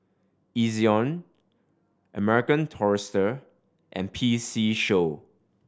Ezion American Tourister and P C Show